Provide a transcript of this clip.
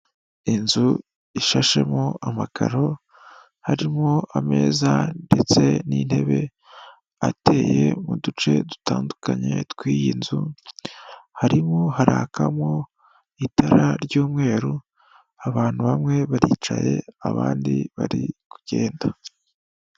Inzu ishashemo amakaro harimo ameza ndetse n'intebe, ateye mu duce dutandukanye tw'iyi nzu harimo harakamo itara ry'umweru abantu bamwe baricaye abandi bari kugenda.